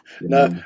No